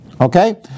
Okay